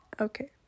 Okay